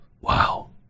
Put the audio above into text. wow